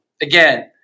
again